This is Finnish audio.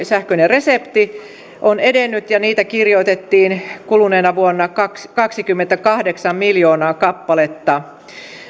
sähköinen resepti on edennyt ja sähköisiä lääkemääräyksiä kirjoitettiin kuluneena vuonna kaksikymmentäkahdeksan miljoonaa kappaletta